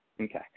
okay